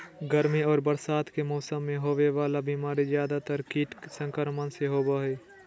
गर्मी और बरसात के मौसम में होबे वला बीमारी ज्यादातर कीट संक्रमण से होबो हइ